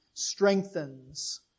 strengthens